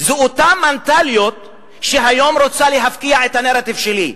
זו אותה מנטליות שרוצה היום להפקיע את הנרטיב שלי.